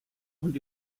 und